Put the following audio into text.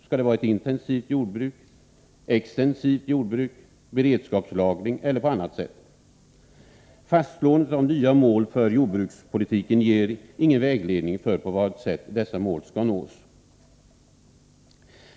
Skall vi ha ett intensivt jordbruk eller ett extensivt jordbruk, skall vi ha beredskapslagring eller skall målet nås på annat sätt? Fastslåendet av nya mål för jordbrukspolitiken ger ingen vägledning i fråga om på vad sätt dessa mål skall nås.